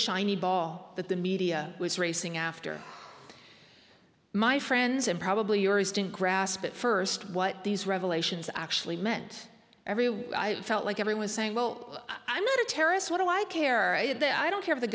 shiny ball that the media was racing after my friends and probably yours didn't grasp at first what these revelations actually meant everyone felt like everyone's saying well i'm not a terrorist what do i care at that i don't care if the